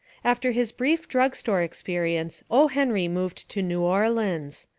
after his brief drug-store experience o. henry moved to new orleans.